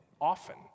often